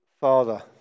Father